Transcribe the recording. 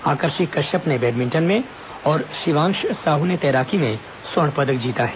आकर्षि कश्यप ने बैडमिंटन में और शिवांक्ष साह ने तैराकी में स्वर्ण पदक जीता है